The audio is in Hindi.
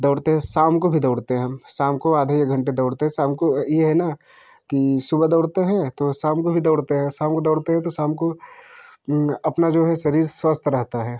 दौड़ते हैं हम साम को भी दौड़ते हैं हम शाम को आधे घंटे दौड़ते हैं फिर शाम को ये है ना कि सुबह दौड़ते हैं तो शाम को भी दौड़ते हैं शाम को दौड़ते हैं तो शाम को अपना जो है शरीर स्वस्थ रहता है